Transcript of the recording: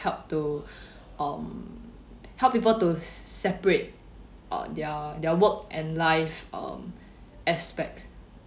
help to um help people to separate uh their their work and live um aspects